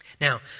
Now